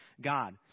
God